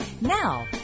Now